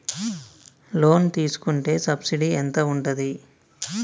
Loan తీసుకుంటే subsidy ఎంత ఉంటది?